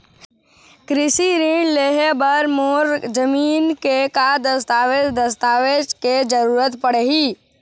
कृषि ऋण लेहे बर मोर जमीन के का दस्तावेज दस्तावेज के जरूरत पड़ही?